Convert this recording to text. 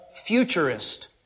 futurist